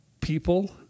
people